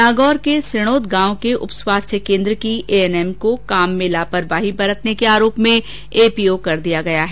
नागौर के सिणोद गांव के उप स्वास्थ्य केन्द्र के ए एन एम को काम में लापरवाही बरतने के आरोप में एपीओ कर दिया गया है